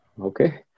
Okay